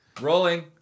Rolling